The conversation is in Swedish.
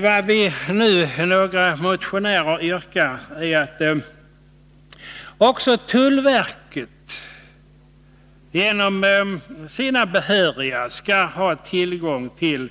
Vi är några motionärer som yrkar att också tullverket genom vissa behöriga skall ha tillgång till